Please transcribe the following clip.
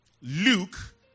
Luke